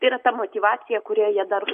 tai yra ta motyvacija kurioje dar